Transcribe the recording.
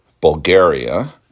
Bulgaria